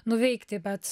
nuveikti bet